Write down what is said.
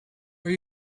are